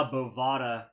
Bovada